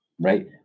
Right